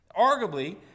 arguably